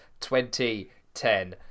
2010